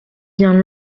bien